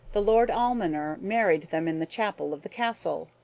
the lord almoner married them in the chapel of the castle,